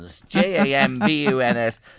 J-A-M-B-U-N-S